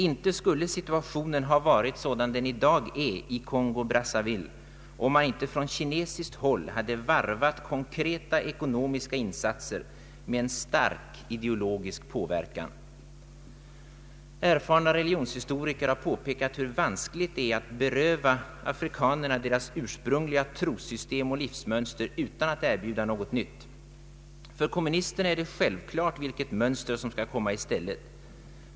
Inte skulle situationen ha varit sådan den i dag är i Kongo-Brazzaville, om man inte från kinesiskt håll varvat konkreta ekonomiska insatser med starkt ideologisk påverkan! Erfarna religionshistoriker har påpekat hur vanskligt det är att beröva afrikanerna deras ursprungliga trossystem och livsmönster utan att erbjuda något nytt. För kommunisterna är det självklart vilket mönster som skall komma i stället.